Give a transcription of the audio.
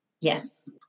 Yes